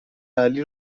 علی